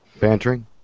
bantering